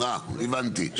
אה, הבנתי.